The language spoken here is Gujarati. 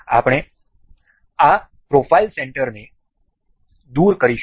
આપણે આ પ્રોફાઇલ સેન્ટરને દૂર કરીશું